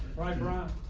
right rock.